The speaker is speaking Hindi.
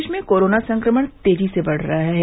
प्रदेश में कोरोना संक्रमण तेजी से बढ़ रहा है